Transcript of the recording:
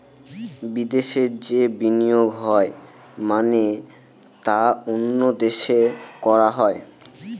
বিদেশে যে বিনিয়োগ হয় মানে তা অন্য দেশে করা হয়